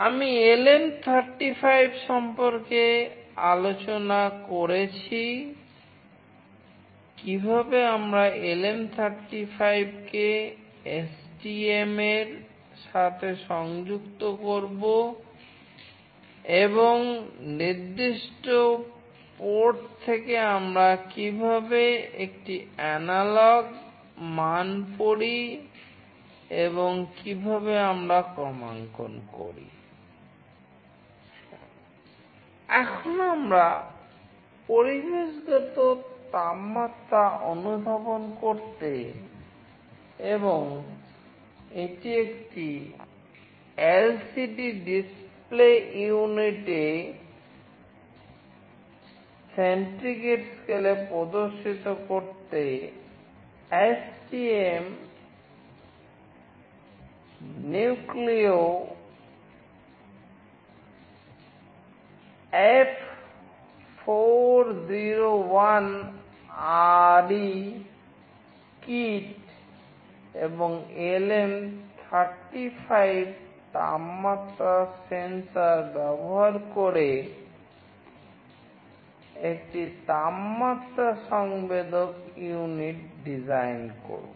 আমি LM35 সম্পর্কে আলোচনা করেছি কীভাবে আমরা LM35 কে STM এর সাথে সংযুক্ত করব এবং নির্দিষ্ট port থেকে আমরা কীভাবে একটি অ্যানালগ এবং LM35 তাপমাত্রা সেন্সর ব্যবহার করে একটি তাপমাত্রা সংবেদক ইউনিট ডিজাইন করব